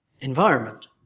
environment